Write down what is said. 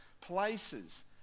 places